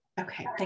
Okay